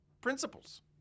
principles